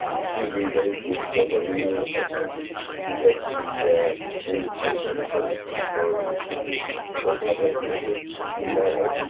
should we wait until the leaders get the invitation first before we go public with it in that way